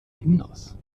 windows